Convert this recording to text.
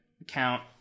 account